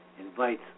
invites